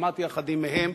שמעתי אחדים מהם,